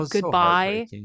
goodbye